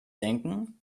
denken